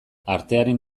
artearen